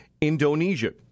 Indonesia